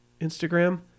Instagram